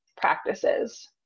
practices